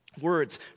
Words